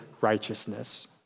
righteousness